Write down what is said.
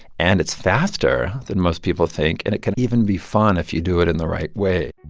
and it's faster than most people think. and it can even be fun if you do it in the right way